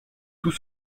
tout